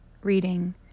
reading